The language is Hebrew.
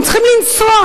הם צריכים לנסוע.